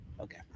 Okay